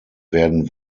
werden